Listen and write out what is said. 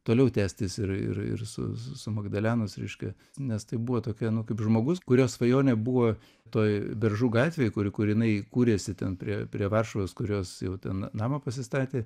toliau tęstis ir ir ir su su magdalenos reiškia nes tai buvo tokia kaip žmogus kurio svajonė buvo toj beržų gatvėj kur kur jinai kūrėsi ten prie prie varšuvos kurios jau ten namą pasistatė